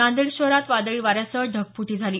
नांदेड शहरात वादळी वाऱ्यासह ढगफुटी झाली